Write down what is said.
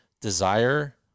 desire